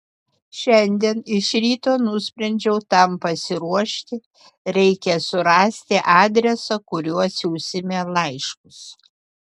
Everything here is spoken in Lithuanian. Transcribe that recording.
šiandien iš ryto nusprendžiau tam pasiruošti reikia surasti adresą kuriuo siųsime laiškus